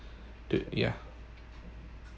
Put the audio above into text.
did yeah